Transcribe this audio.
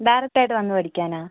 ഡയറക്റ്റായിട്ട് വന്നു പഠിക്കാനാണ്